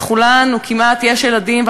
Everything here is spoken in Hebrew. לכולנו כמעט יש ילדים,